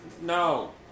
No